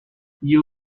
you